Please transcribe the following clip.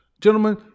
Gentlemen